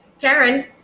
Karen